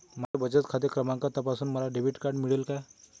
माझा बचत खाते क्रमांक तपासून मला डेबिट कार्ड मिळेल का?